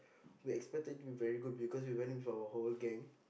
we expected it to be very good because we went with our hall gang